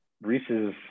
Reese's